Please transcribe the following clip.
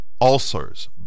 ulcers